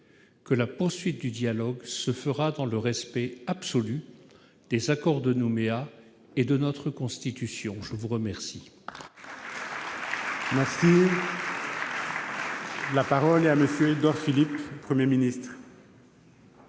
que la poursuite du dialogue se fera dans le respect absolu des accords de Nouméa et de notre Constitution ? La parole